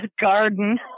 garden